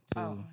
Two